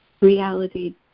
reality